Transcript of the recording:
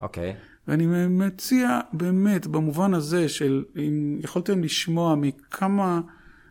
אוקיי, ואני מציע באמת במובן הזה של אם יכולתם לשמוע מכמה